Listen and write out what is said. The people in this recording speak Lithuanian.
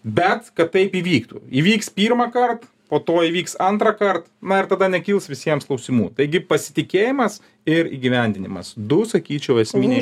bet kad taip įvyktų įvyks pirmąkart po to įvyks antrąkart na ir tada nekils visiems klausimų taigi pasitikėjimas ir įgyvendinimas du sakyčiau esminiai